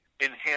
enhance